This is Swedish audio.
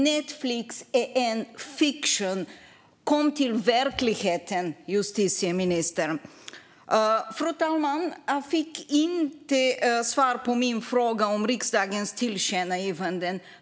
Netflix är fiktion. Kom till verkligheten, justitieministern! Fru talman! Jag fick inte svar på min fråga om riksdagens tillkännagivanden.